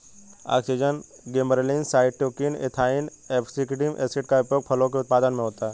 auxin, gibberellins, cytokinin, ethylene, abscisic acid का उपयोग फलों के उत्पादन में होता है